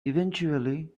eventually